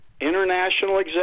International